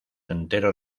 enteros